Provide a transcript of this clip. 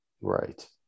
right